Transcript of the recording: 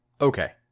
Okay